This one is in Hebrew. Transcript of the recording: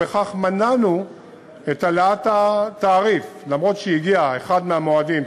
ובכך מנענו את העלאת התעריף: אף שהגיע אחד מהמועדים,